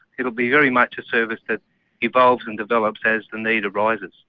it will be very much a service that evolves and develops as the need arises.